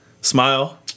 Smile